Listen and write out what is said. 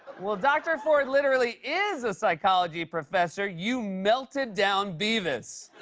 well, dr. ford literally is a psychology professor, you melted-down beavis.